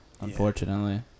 Unfortunately